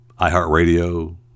iHeartRadio